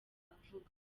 kuvuga